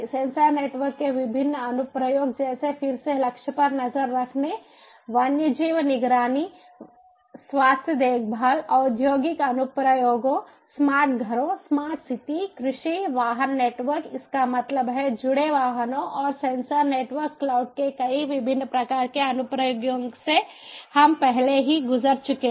sensor network के विभिन्न अनुप्रयोग जैसे फिर से लक्ष्य पर नज़र रखने वन्यजीव निगरानी स्वास्थ्य देखभाल औद्योगिक अनुप्रयोगों स्मार्ट घरों स्मार्ट सिटी कृषि वाहन नेटवर्क इसका मतलब है जुड़े वाहनों और सेंसर नेटवर्क क्लाउड के कई विभिन्न प्रकार के अनुप्रयोगों से हम पहले ही गुजर चुके हैं